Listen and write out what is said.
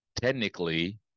technically